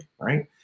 right